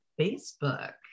Facebook